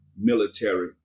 military